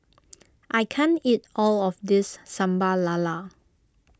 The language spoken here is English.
I can't eat all of this Sambal Lala